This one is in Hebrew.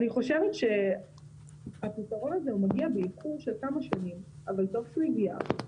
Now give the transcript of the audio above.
אני חושבת שהפתרון הזה מגיע באיחור של כמה שנים אבל טוב שהוא מגיע.